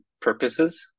purposes